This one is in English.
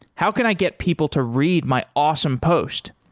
how can i get people to read my awesome post?